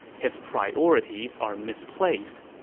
his priorities are misplaced.